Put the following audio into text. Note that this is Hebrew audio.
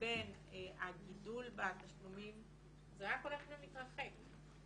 לבין הגידול בתשלומים זה רק הולך ומתרחק,